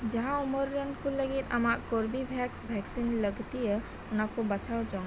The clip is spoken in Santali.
ᱡᱟᱦᱟᱸ ᱩᱢᱮᱹᱨ ᱨᱮᱱ ᱠᱚ ᱞᱟᱜᱤᱫ ᱟᱢᱟᱜ ᱠᱳ ᱵᱤᱵᱷᱮᱠᱥ ᱵᱷᱮᱠᱥᱤᱱ ᱞᱟᱹᱠᱛᱤᱭᱟᱹ ᱚᱱᱟ ᱠᱚ ᱵᱟᱪᱷᱟᱣ ᱡᱚᱝ ᱢᱮ